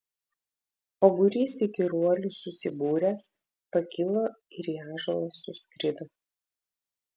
o būrys įkyruolių susibūręs pakilo ir į ąžuolą suskrido